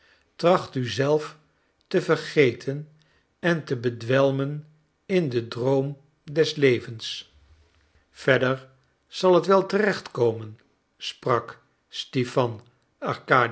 tracht u zelf te vergeten en te bedwelmen in den droom des levens verder zal het wel terecht komen sprak stipan